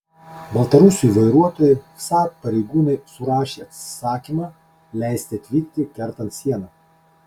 baltarusiui vairuotojui vsat pareigūnai surašė atsisakymą leisti atvykti kertant sieną